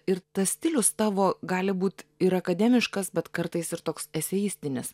ir tas stilius tavo gali būt ir akademiškas bet kartais ir toks eseistinis